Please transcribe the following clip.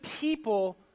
people